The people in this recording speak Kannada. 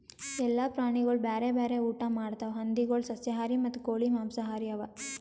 ಎಲ್ಲ ಪ್ರಾಣಿಗೊಳ್ ಬ್ಯಾರೆ ಬ್ಯಾರೆ ಊಟಾ ಮಾಡ್ತಾವ್ ಹಂದಿಗೊಳ್ ಸಸ್ಯಾಹಾರಿ ಮತ್ತ ಕೋಳಿ ಮಾಂಸಹಾರಿ ಅವಾ